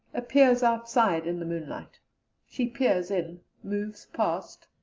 appears outside in the moonlight she peers in, moves past,